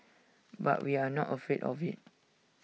but we are not afraid of IT